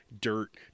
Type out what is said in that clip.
dirt